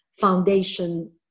foundation